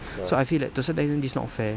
so I feel that to a certain extent this is not fair